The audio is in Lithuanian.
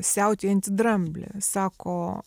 siautėjantį dramblį sako